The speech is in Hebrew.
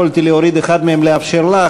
יכולתי להוריד אחד מהם ולאפשר לך,